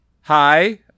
Hi